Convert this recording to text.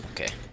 Okay